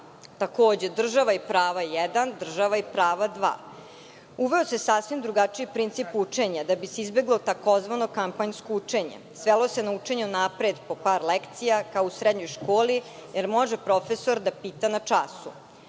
Takođe Država i prava jedan, Država i prava dva. Uveo se sasvim drugačiji princip učenja da bi se izbeglo tzv. kampanjsko učenje. Svelo se na učenje unapred po par lekcija kao u srednjoj školi i da li može profesor da pita na času.